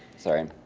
sorry.